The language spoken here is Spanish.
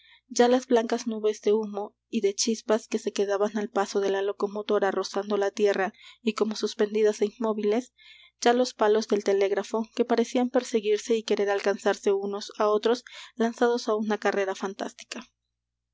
ya las blancas nubes de humo y de chispas que se quedaban al paso de la locomotora rozando la tierra y como suspendidas é inmóviles ya los palos del telégrafo que parecían perseguirse y querer alcanzarse unos á otros lanzados á una carrera fantástica